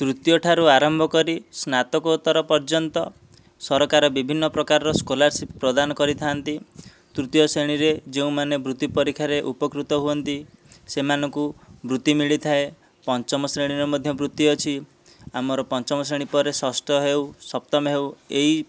ତୃତୀୟଠାରୁ ଆରମ୍ଭ କରି ସ୍ନାତକୋତ୍ତୋର ପର୍ଯ୍ୟନ୍ତ ସରକାର ବିଭିନ୍ନ ପ୍ରକାରର ସ୍କଲାରସିପ୍ ପ୍ରଦାନ କରିଥାନ୍ତି ତୃତୀୟ ଶ୍ରେଣୀରେ ଯେଉଁମାନେ ବୃତ୍ତି ପରୀକ୍ଷାରେ ଉପକୃତ ହୁଅନ୍ତି ସେମାନଙ୍କୁ ବୃତ୍ତି ମିଳିଥାଏ ପଞ୍ଚମ ଶ୍ରେଣୀରେ ମଧ୍ୟ ବୃତ୍ତି ଅଛି ଆମର ପଞ୍ଚମ ଶ୍ରେଣୀ ପରେ ଷଷ୍ଠ ହେଉ ସପ୍ତମ ହେଉ ଏଇ